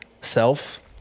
self